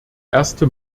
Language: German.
erste